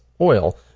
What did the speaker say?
oil